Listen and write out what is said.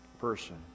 person